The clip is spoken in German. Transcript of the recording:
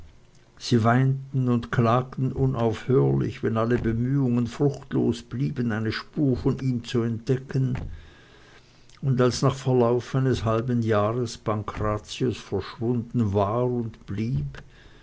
sie weinten und klagten unaufhörlich wenn alle bemühungen fruchtlos blieben eine spur von ihm zu entdecken und als nach verlauf eines halben jahrs pankrazius verschwunden war und blieb